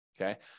Okay